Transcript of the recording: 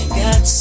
got